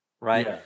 right